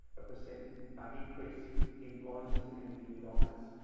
a percent increase in blindness in anything with eyes.